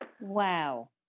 Wow